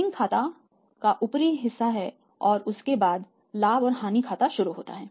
trading खाता ऊपरी हिस्सा है और उसके बाद लाभ और हानि खाता शुरू होता है